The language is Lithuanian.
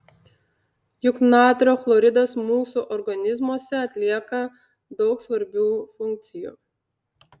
juk natrio chloridas mūsų organizmuose atlieka daug svarbių funkcijų